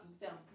films